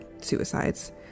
suicides